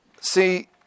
See